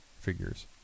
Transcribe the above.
figures